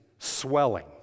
Swelling